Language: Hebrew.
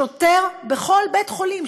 שוטר בכל בית-חולים,